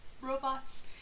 robots